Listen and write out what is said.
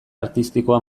artistikoa